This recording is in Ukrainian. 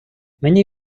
мені